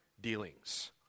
dealings